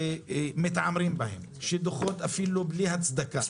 שמתעמרים בהם דוחות אפילו בלי הצדקה.